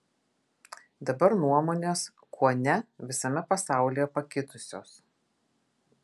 dabar nuomonės kuone visame pasaulyje pakitusios